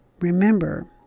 Remember